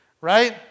right